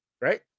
Right